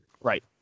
right